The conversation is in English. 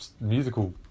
musical